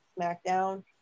SmackDown